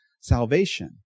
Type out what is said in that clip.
salvation